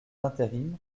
d’intérim